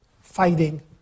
fighting